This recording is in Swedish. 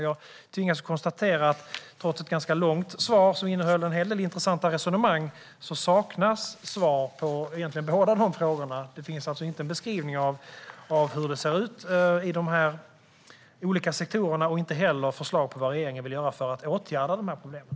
Jag tvingas att konstatera att trots ett ganska långt svar som innehöll en hel del intressanta resonemang saknas svar på båda frågorna. Jag fick inte höra en beskrivning av hur det ser ut i de olika sektorerna, och inte heller fick jag höra förslag på vad regeringen vill göra för att åtgärda problemen.